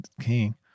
King